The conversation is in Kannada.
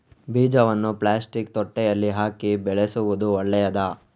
ಬೀಜವನ್ನು ಪ್ಲಾಸ್ಟಿಕ್ ತೊಟ್ಟೆಯಲ್ಲಿ ಹಾಕಿ ಬೆಳೆಸುವುದು ಒಳ್ಳೆಯದಾ?